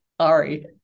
Sorry